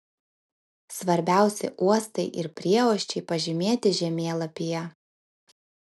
svarbiausi uostai ir prieuosčiai pažymėti žemėlapyje